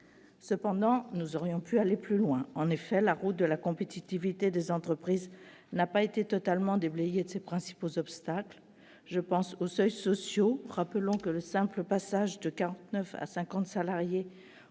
Cependant, nous aurions pu aller plus loin. En effet, la route de la compétitivité des entreprises n'a pas été totalement déblayée de ses principaux obstacles. Je pense aux seuils sociaux. Rappelons que le simple passage de 49 à 50 salariés